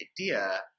idea